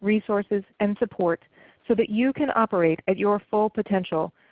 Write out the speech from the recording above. resources, and support so that you can operate at your full potential,